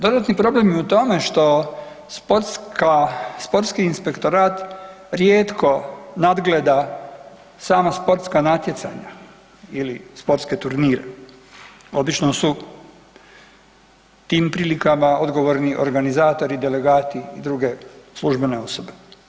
Dodatni problem je u tome što sportski inspektorat rijetko nadgleda sama sportska natjecanja ili sportske turnire, obično su u tim prilikama odgovorni organizatori, delegati i druge službene osobe.